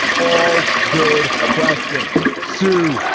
all good questions sue